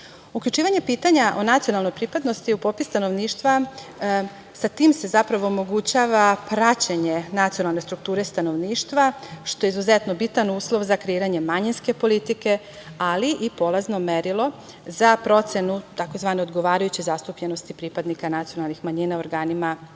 društvo. Uključivanje pitanja o nacionalnoj pripadnosti u popis stanovništva, sa tim se, zapravo, omogućava praćenje nacionalne strukture stanovništva, što je izuzetno bitan uslov za kreiranje manjinske politike, ali i polazno merilo za procenu takozvane odgovarajuće zastupljenosti pripadnika nacionalnih manjina u organima javne